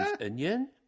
Onion